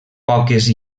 poques